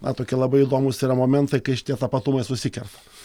na tokie labai įdomūs yra momentai kai šitie tapatumai susikerta